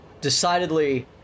decidedly